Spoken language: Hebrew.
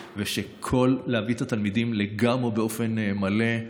ולהביא את התלמידים באופן מלא לגמרי.